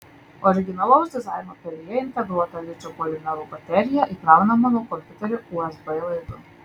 originalaus dizaino pelėje integruota ličio polimerų baterija įkraunama nuo kompiuterio usb laidu